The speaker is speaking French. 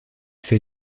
fait